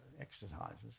exercises